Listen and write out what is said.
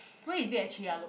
where is it actually uh lo~